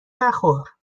نخور